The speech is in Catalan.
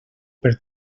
per